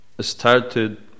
started